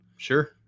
sure